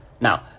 now